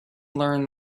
learn